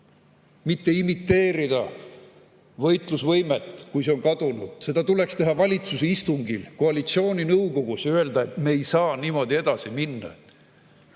mitte imiteerida võitlusvõimet, kui see on kadunud. Seda tuleks teha valitsuse istungil, koalitsiooninõukogus, öelda, et me ei saa niimoodi edasi minna,